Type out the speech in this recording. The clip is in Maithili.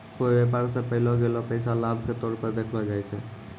कोय व्यापार स पैलो गेलो पैसा लाभ के तौर पर देखलो जाय छै